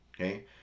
okay